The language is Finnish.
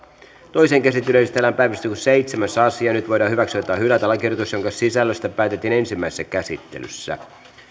toiseen käsittelyyn esitellään päiväjärjestyksen seitsemäs asia nyt voidaan hyväksyä tai hylätä lakiehdotus jonka sisällöstä päätettiin ensimmäisessä käsittelyssä